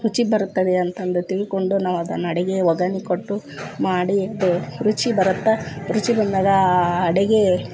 ರುಚಿ ಬರುತ್ತದೆ ಅಂತಂದು ತಿಳ್ಕೊಂಡು ನಾವು ಅದನ್ನು ಅಡುಗೆ ಒಗ್ಗರಣೆ ಕೊಟ್ಟು ಮಾಡಿ ಅದು ರುಚಿ ಬರುತ್ತೆ ರುಚಿ ಬಂದಾಗ ಆ ಅಡುಗೆ